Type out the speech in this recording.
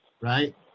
Right